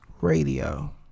radio